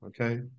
Okay